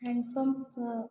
hand pump का